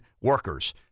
workers